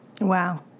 Wow